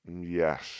Yes